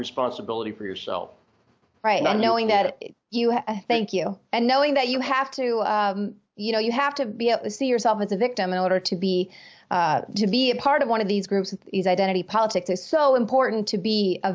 responsibility for yourself right now knowing that you have a thank you and knowing that you have to you know you have to be up to see yourself as a victim in order to be to be a part of one of these groups that is identity politics is so important to be a